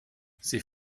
sie